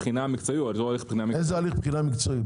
אבל הליך הבחינה המקצועי- -- איזה הליך בחינה מקצועי?